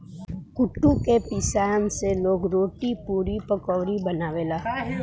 कुटू के पिसान से लोग रोटी, पुड़ी, पकउड़ी बनावेला